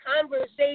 conversation